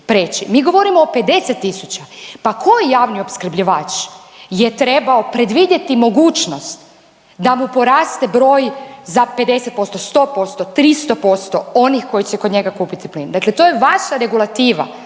mi govorimo o 50 000. Pa koji je javni opskrbljivač je trebao predvidjeti mogućnost da mu poraste broj za 50%, 100%, 300% onih koji će kod njega kupiti plin, dakle to je vaša regulativa